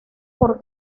por